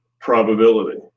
probability